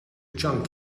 junk